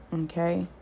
Okay